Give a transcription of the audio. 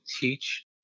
teach